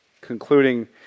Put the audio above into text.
concluding